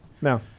No